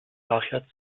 daher